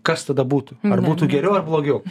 kas tada būtų ar būtų geriau ar blogiau